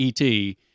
ET